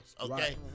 okay